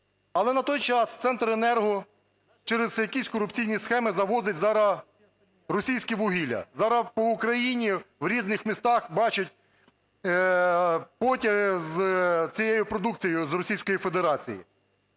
Але на той час "Центренерго" через якісь корупційні схеми завозить зараз російське вугілля. Зараз по Україні в різних містах бачать потяг з цією продукцією з Російської Федерації.